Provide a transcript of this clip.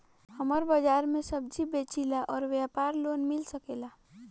हमर बाजार मे सब्जी बेचिला और व्यापार लोन मिल सकेला?